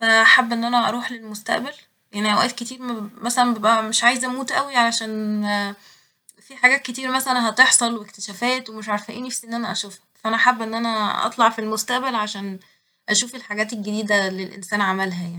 فحابه ان انا اروح للمستقبل يعني اوقات كتير مثلا ببقى مش عايزة اموت اوي عشان في حاجات كتير مثلا هتحصل واكتشافات ومش عارفه ايه نفسي ان انا اشوفها ف انا حابه ان انا اطلع في المستقبل عشان اشوف الحاجات الجديدة اللي الانسان عملها يعني